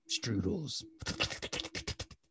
strudels